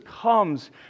comes